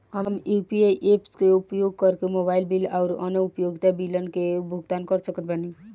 हम UPI apps के उपयोग करके मोबाइल बिल आउर अन्य उपयोगिता बिलन के भुगतान कर सकत बानी